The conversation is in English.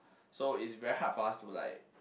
so its very hard for us to like